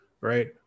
right